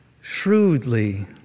shrewdly